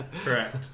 Correct